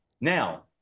Now